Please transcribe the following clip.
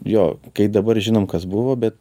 jo kai dabar žinom kas buvo bet